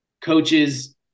coaches